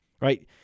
right